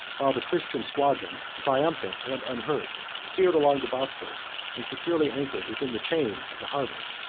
while the christian squadron, triumphant and unhurt, steered along the bosphorus, and securely anchored within the chain of the harbor.